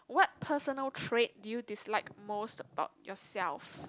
what personal trait do you dislike most about yourself